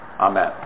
Amen